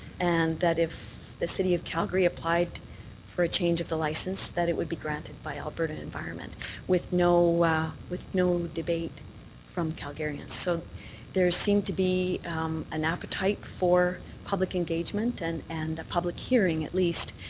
and that if the city of calgary applied for a change of the license, that it would be granted by alberta environment with no no debate from calgarians. so there seemed to be an appetite for public engagement and and a public hearing, at least,